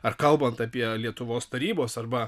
ar kalbant apie lietuvos tarybos arba